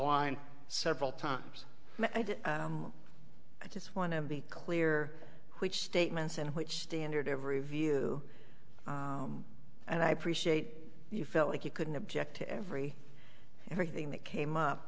line several times i just want to be clear which statements and which standard every view and i appreciate you felt like you couldn't object to every everything that came up